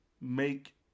make